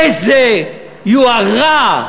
איזה יוהרה.